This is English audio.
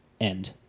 end